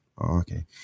Okay